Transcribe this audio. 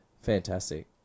fantastic